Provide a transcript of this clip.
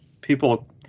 people